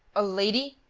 a lady?